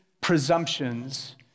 presumptions